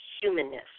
humanness